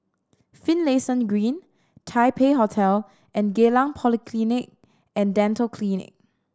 Finlayson Green Taipei Hotel and Geylang Polyclinic And Dental Clinic